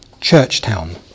Churchtown